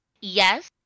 Yes